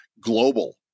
global